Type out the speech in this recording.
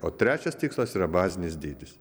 o trečias tikslas yra bazinis dydis